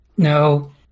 no